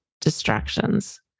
distractions